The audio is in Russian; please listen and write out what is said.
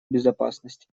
безопасности